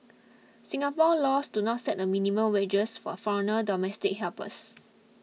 Singapore laws do not set a minimum wages for foreign domestic helpers